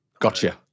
Gotcha